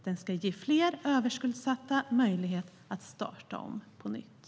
Den ska ge fler överskuldsatta möjlighet att starta om på nytt.